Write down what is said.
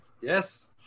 Yes